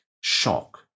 shock